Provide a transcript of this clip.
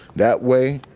that way,